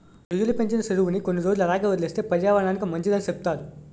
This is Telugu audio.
రొయ్యలు పెంచిన సెరువుని కొన్ని రోజులు అలాగే వదిలేస్తే పర్యావరనానికి మంచిదని సెప్తారు